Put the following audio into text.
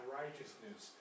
righteousness